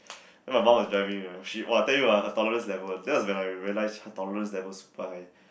then my mum was driving ah she !wah! I tell you ah her tolerance level that's when I realise her tolerance level super high